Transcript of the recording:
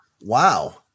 Wow